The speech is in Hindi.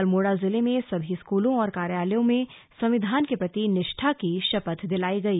अल्मोड़ा जिले में भी सभी स्कूलों और कार्यालयों में संविधान के प्रति निष्ठा की शपथ दिलाई गई